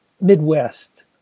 Midwest